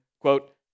quote